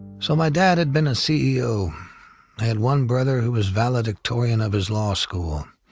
so my dad had been a ceo. i had one brother who was valedicto rian of his law school.